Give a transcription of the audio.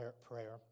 prayer